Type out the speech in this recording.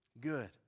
good